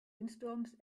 windstorms